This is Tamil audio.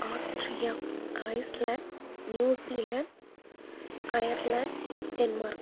Austria Iceland New Zealand Ireland Denmark